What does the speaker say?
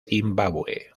zimbabue